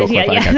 yeah, yeah,